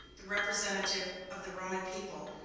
the representative of the roman people,